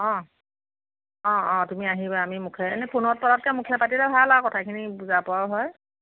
অঁ অঁ অঁ তুমি আহিবা আমি মুখেৰে এনেই ফোনত পতাতকৈ মুখেৰে পাতিলে ভাল আৰু কথাখিনি বুজা পৰাও হয়